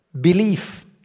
belief